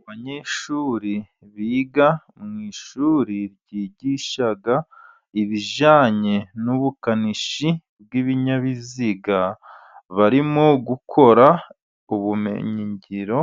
Abanyeshuri biga mwu ishuri ryigisha ibijyanye n'ubukanishi bw'ibinyabiziga, barimo gukora ubumenyingiro